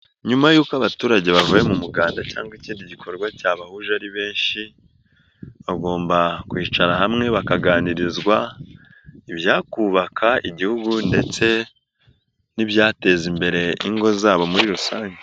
Nyuma y'uko abaturage bavuye mu muganda cyangwa ikindi gikorwa cyabahuje ari benshi, bagomba kwicara hamwe bakaganirizwa, ibyakubaka igihugu ndetse n'ibyateza imbere ingo zabo muri rusange.